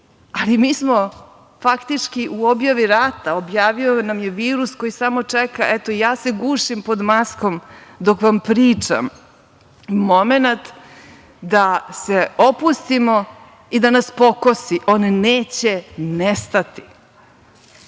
Mi smo faktički u objavi rata, objavio nam je virus koji samo čeka. Eto, ja se gušim pod maskom dok vam pričam, momenat da se opustimo i da nas pokosi. On neće nestati.